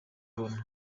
ubona